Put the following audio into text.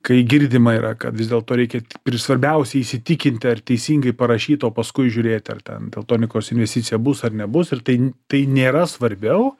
kai girdima yra kad vis dėlto reikia ir svarbiausia įsitikinti ar teisingai parašyta o paskui žiūrėti ar ten teltonikos investicija bus ar nebus ir tai tai nėra svarbiau